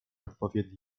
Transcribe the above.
odpowiednie